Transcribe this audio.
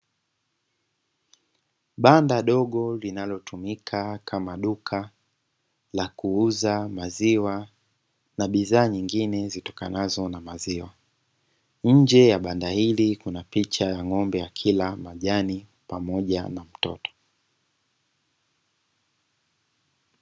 Banda dogo linalotumika kama duka la kuuza maziwa na bidhaa nyingine, zitokanazo na maziwa nje ya banda hili kuna picha ya ng'ombe akila majani pamoja na mtoto.